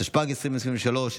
התשפ"ג 2023,